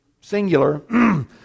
singular